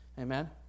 Amen